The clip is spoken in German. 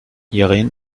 yaren